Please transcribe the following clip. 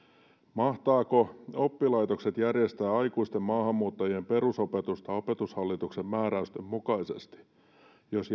mahtavatko oppilaitokset järjestää aikuisten maahanmuuttajien perusopetusta opetushallituksen määräysten mukaisesti jos